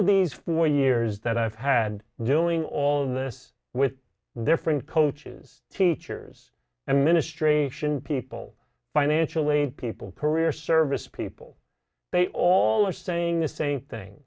of these four years that i've had doing all of this with different coaches teachers and ministration people financial aid people career service people they all are saying the same thing